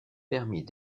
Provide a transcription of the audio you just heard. permis